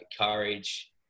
courage